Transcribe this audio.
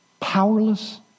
Powerless